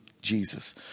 Jesus